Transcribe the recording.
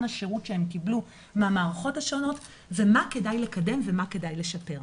השירות שהם קיבלו מהמערכות השונות ומה כדאי לקדם ומה כדאי לשפר.